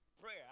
Prayer